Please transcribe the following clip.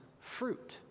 fruit